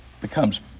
becomes